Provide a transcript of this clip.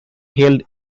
held